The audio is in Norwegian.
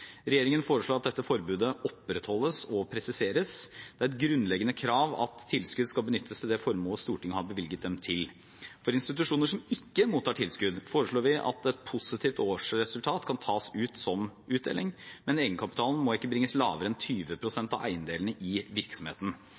Regjeringen foreslår at dette forbudet opprettholdes og presiseres. Det er et grunnleggende krav at tilskudd skal benyttes til det formål Stortinget har bevilget dem til. For institusjoner som ikke mottar tilskudd, foreslår vi at et positivt årsresultat kan tas ut som utdeling, men egenkapitalen må ikke bringes lavere enn 20 pst. av eiendelene i virksomheten.